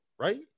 right